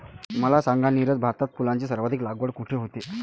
मला सांगा नीरज, भारतात फुलांची सर्वाधिक लागवड कुठे होते?